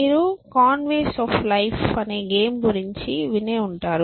మీరు Conway's of లైఫ్Conways of life అనే గేమ్ గురించి వినే ఉంటారు